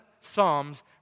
psalms